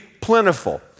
plentiful